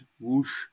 whoosh